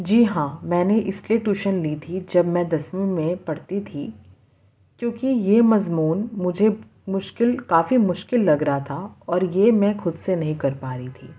جی ہاں میں نے اس لیے ٹیوشن لی تھی جب میں دسویں میں پڑھتی تھی کیونکہ یہ مضمون مجھے مشکل کافی مشکل لگ رہا تھا اور یہ میں خود سے نہیں کر پا رہی تھی